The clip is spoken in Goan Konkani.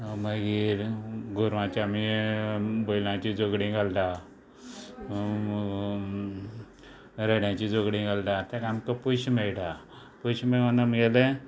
मागीर गोरवांचे आमी बैलांची झगडी घालता रेड्याची झगडीं घालता तेका आमकां पयशें मेयटा पयशें मेळोन आमगेलें